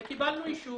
וקיבלנו אישור.